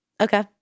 Okay